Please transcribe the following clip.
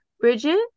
Bridget